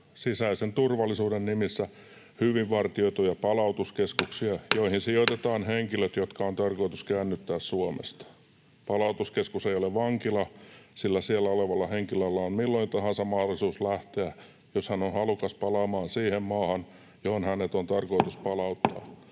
sisäisen turvallisuuden nimissä hyvin vartioituja palautuskeskuksia, joihin sijoitetaan henkilöt, jotka on tarkoitus käännyttää Suomesta. Palautuskeskus ei ole vankila, sillä siellä olevalla henkilöllä on milloin tahansa mahdollisuus lähteä, jos hän on halukas palaamaan siihen maahan, johon hänet on tarkoitus palauttaa.